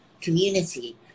community